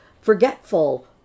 forgetful